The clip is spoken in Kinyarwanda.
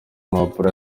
mpapuro